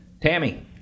Tammy